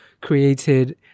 created